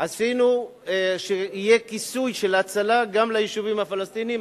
עשינו שיהיה כיסוי של הצלה גם ליישובים הפלסטיניים,